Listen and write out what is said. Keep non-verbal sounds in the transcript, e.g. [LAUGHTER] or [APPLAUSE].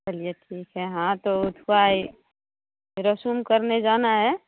चलिए ठीक है हाँ तो [UNINTELLIGIBLE] रसून करने जाना है